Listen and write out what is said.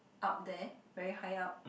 out there very high up